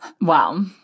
wow